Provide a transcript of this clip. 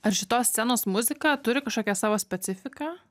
ar šitos scenos muzika turi kažkokią savo specifiką